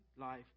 life